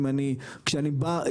כשאני בא,